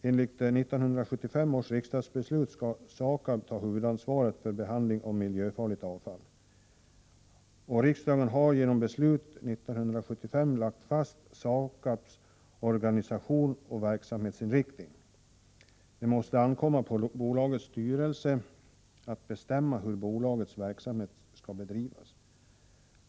Enligt 1975 års riksdagsbeslut skall SAKAB ta huvudansvaret för behandling av miljöfarligt avfall. Riksdagen har genom beslut 1975 lagt fast SAKAB:s organisation och verksamhetsinriktning. Det måste ankomma på bolagets styrelse att bestämma hur bolagets verksamhet skall bedrivas.